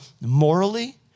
morally